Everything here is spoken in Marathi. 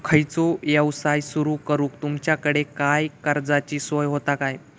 खयचो यवसाय सुरू करूक तुमच्याकडे काय कर्जाची सोय होता काय?